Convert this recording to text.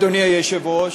אדוני היושב-ראש,